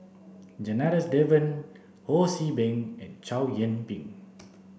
Janadas Devan Ho See Beng and Chow Yian Ping